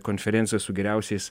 konferenciją su geriausiais